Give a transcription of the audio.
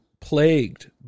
plagued